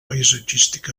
paisatgístic